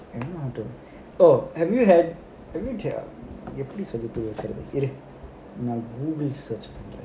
oh have you had குடிச்சியா இரு நான்:kudichiyaa iru naan Google search பண்றேன்:pandraen